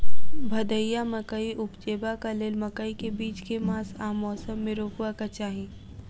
भदैया मकई उपजेबाक लेल मकई केँ बीज केँ मास आ मौसम मे रोपबाक चाहि?